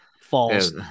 falls